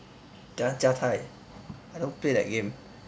that one jia tai I don't play that game